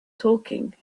talking